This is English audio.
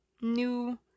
new